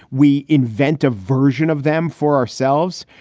we invent a version of them for ourselves.